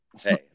Hey